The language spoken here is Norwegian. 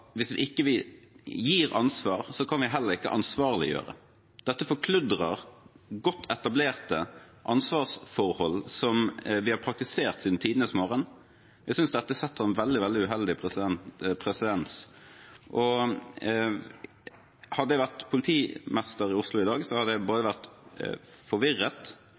hvis ikke vi gir ansvar, kan vi heller ikke ansvarliggjøre. Dette forkludrer godt etablerte ansvarsforhold som vi har praktisert siden tidenes morgen. Jeg synes dette setter en veldig, veldig uheldig presedens. Hadde jeg vært politimester i Oslo i dag, ville jeg ha vært forvirret,